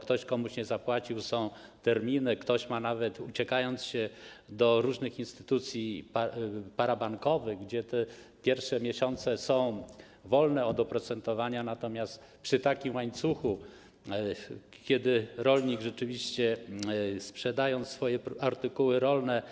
Ktoś komuś nie zapłacił, są terminy, ktoś nawet ucieka się do różnych instytucji parabankowych, gdzie pierwsze miesiące są wolne od oprocentowania, natomiast przy takim łańcuchu, kiedy rolnik sprzeda swoje artykuły rolne